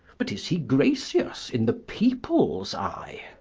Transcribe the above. but is hee gracious in the peoples eye?